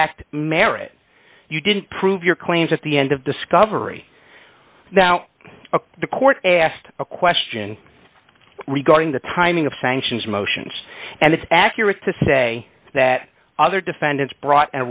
lacked merit you didn't prove your claims at the end of discovery the court asked a question regarding the timing of sanctions motions and it's accurate to say that other defendants brought